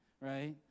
right